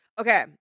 Okay